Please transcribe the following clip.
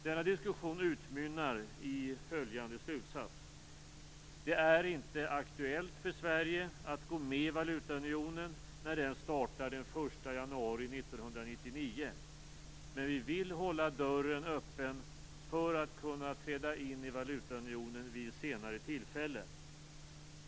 Denna diskussion utmynnar i följande slutsats: Det är inte aktuellt för Sverige att gå med i valutaunionen när den startar den 1 januari 1999. Men vi vill hålla dörren öppen för att kunna träda in i valutaunionen vid ett senare tillfälle.